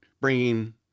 bringing